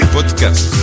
Podcast